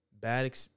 bad